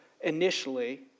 initially